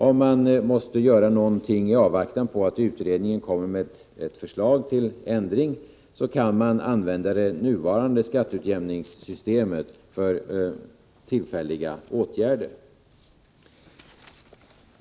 Om man måste göra någonting i avvaktan på utredningens förslag till ändring, kan man använda det nuvarande skatteutjämningssystemet för tillfälliga åtgärder.